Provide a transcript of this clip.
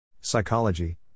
Psychology